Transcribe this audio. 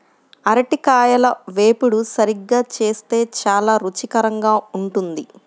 అరటికాయల వేపుడు సరిగ్గా చేస్తే చాలా రుచికరంగా ఉంటుంది